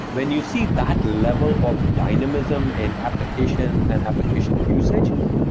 when you see that level of dynamism in application and application usage,